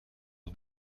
het